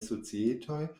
societoj